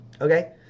okay